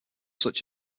such